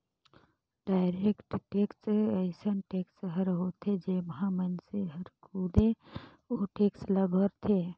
direct tax अइसन tax हर होथे जेम्हां मइनसे हर खुदे ओ टेक्स ल भरथे